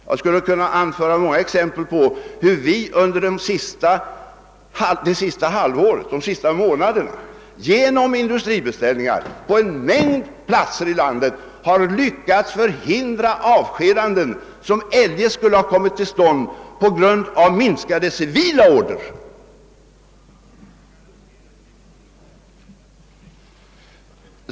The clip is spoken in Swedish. Jag skulle kunna anföra många exempel på hur vi genom industribeställningar under de senaste månaderna på en mängd platser i landet har lyckats förhindra avskedanden som annars skulle ha verkställts på grund av minskade civila order.